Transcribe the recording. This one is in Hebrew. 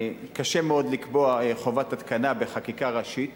קשה מאוד לקבוע בחקיקה ראשית